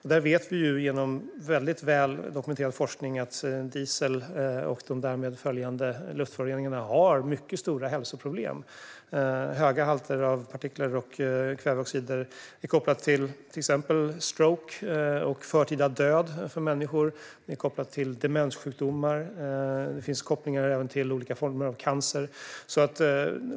Vi vet genom väldigt väl dokumenterad forskning att diesel och de därmed följande luftföroreningarna medför mycket stora hälsoproblem. Höga halter av partiklar och kväveoxider kan kopplas till exempelvis stroke och förtida död. Det finns även kopplingar till demenssjukdomar och olika typer av cancer.